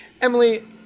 Emily